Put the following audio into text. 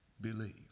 believe